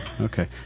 Okay